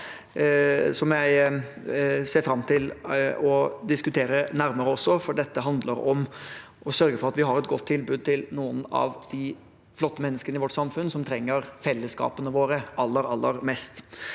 som jeg også ser fram til å diskutere nærmere, for dette handler om å sørge for at vi har et godt tilbud til noen av de flotte menneskene som trenger fellesskapet vårt aller mest,